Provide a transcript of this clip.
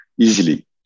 easily